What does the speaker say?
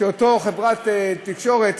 של אותה חברת תקשורת,